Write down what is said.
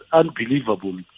unbelievable